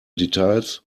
details